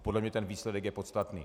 Podle mě ten výsledek je podstatný.